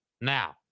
Now